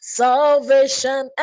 salvation